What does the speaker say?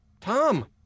Tom